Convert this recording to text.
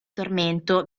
tormento